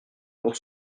pour